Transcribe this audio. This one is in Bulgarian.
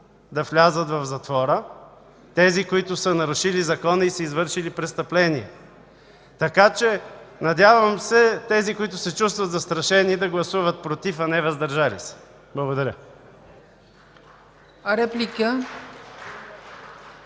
да влязат в затвора тези, които са нарушили закона и са извършили престъпления, така че, надявам се тези, които се чувстват застрашени, да гласуват „против”, а не „въздържали се”. Благодаря. (Ръкопляскания